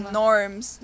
norms